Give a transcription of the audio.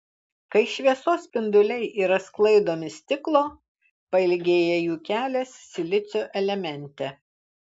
kai šviesos spinduliai yra sklaidomi stiklo pailgėja jų kelias silicio elemente